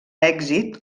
èxit